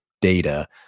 data